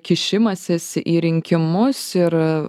kišimasis į rinkimus ir